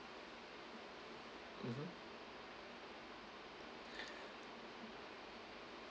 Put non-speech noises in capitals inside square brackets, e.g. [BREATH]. mmhmm [BREATH]